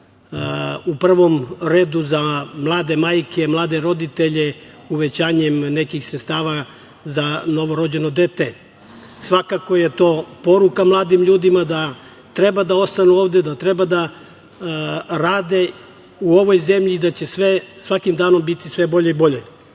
u prvom redu za mlade majke, mlade roditelje, uvećanjem nekih sredstava za novorođeno dete. Svakako je to poruka mladim ljudima da treba da ostanu ovde, da treba da rade u ovoj zemlji i da će svakim danom biti sve bolje i bolje. Druga